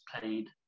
played